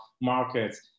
markets